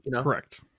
Correct